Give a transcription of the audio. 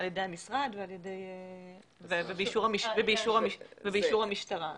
המשרד ובאישור המשטרה.